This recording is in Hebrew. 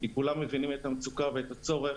כולם מבינים את המצוקה והצורך,